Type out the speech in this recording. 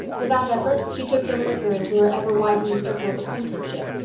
without effort, she took them with her into her ever widening circle of acquaintanceship,